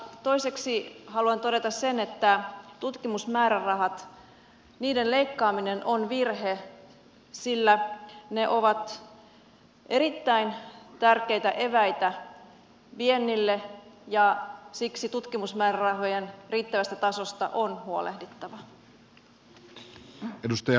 toiseksi haluan todeta sen että tutkimusmäärärahojen leikkaaminen on virhe sillä ne ovat erittäin tärkeitä eväitä viennille ja siksi tutkimusmäärärahojen riittävästä tasosta on huolehdittava